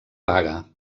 vaga